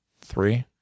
three